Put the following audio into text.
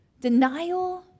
denial